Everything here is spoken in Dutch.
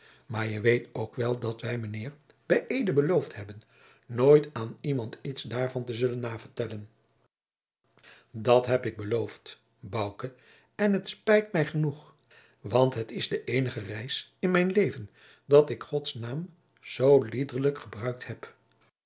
maar je weet ook wel dat wij mijnheer bij eede beloofd hebben nooit aan iemand iets daarvan te zullen na vertellen dat heb ik beloofd bouke en het spijt mij genoeg want het is de eenige reis in mijn leven dat ik gods naam zoo iedelijk gebruikt heb